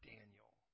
Daniel